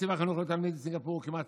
תקציב החינוך לתלמיד בסינגפור הוא כמעט